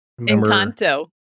Encanto